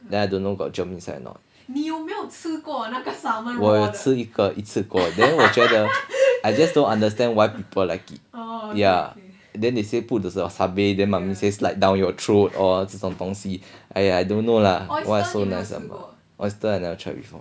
then I don't know got germ inside or not 我有吃一个次过 then 我觉得 I just don't understand why people like it ya then they say put the wasabi then they say slide down your throat all 这种东西 !aiya! I don't know lah what's so nice about oyster I never try before